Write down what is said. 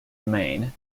maine